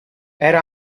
era